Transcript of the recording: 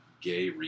Gay